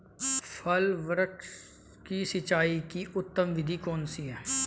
फल वृक्ष की सिंचाई की उत्तम विधि कौन सी है?